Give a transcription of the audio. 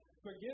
Forgive